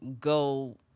go